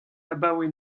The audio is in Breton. abaoe